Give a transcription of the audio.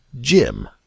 Jim